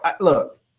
Look